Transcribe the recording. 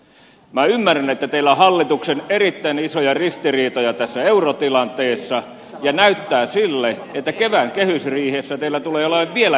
minä ymmärrän että teillä on hallituksessa erittäin isoja ristiriitoja tässä eurotilanteessa ja näyttää siltä että kevään kehysriihessä teillä tulee olemaan vielä enemmän ristiriitoja